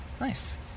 Nice